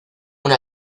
una